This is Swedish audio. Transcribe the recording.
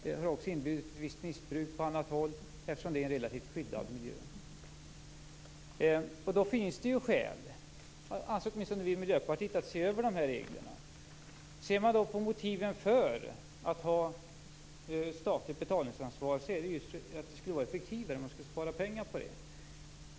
De har också inneburit ett visst missbruk på annat håll, eftersom de utgör en relativt skyddad miljö. Det finns alltså skäl att se över de här reglerna. Det anser åtminstone vi i Miljöpartiet. Motiven för att ha statligt betalningsansvar är att det skulle vara effektivare, och att man skulle spara pengar på det.